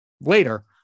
later